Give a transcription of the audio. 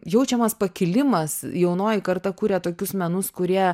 jaučiamas pakilimas jaunoji karta kuria tokius menus kurie